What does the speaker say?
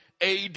AD